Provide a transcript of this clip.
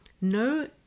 no